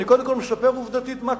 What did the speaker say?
אני קודם כול מספר עובדתית מה קורה.